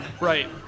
right